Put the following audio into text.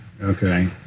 Okay